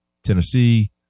Tennessee